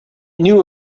knew